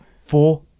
four